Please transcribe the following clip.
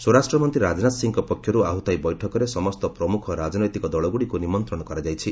ସ୍ୱରାଷ୍ଟ୍ରମନ୍ତ୍ରୀ ରାଜନାଥ ସିଂଙ୍କ ପକ୍ଷରୁ ଆହତ ଏହି ବୈଠକରେ ସମସ୍ତ ପ୍ରମୁଖ ରାଜନୈତିକ ଦଳଗୁଡ଼ିକୁ ନିମନ୍ତ୍ରଣ କରାଯାଇଛି